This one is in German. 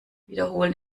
wiederholen